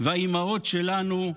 והאימהות שלנו,